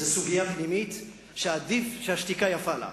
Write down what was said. זו סוגיה פנימית שהשתיקה יפה לה.